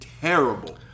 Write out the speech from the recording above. terrible